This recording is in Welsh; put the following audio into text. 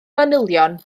manylion